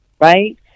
Right